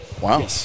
Wow